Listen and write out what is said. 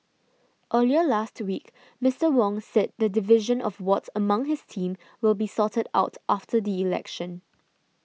earlier last week Mister Wong said the division of wards among his team will be sorted out after the election